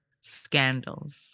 scandals